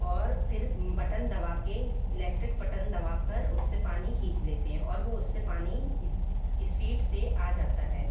और फिर बटन दबाके इलैक्ट्रिक बटन दबाकर उससे पानी खींच लेते हैं और वो उससे पानी इस्पीड से आ जाता है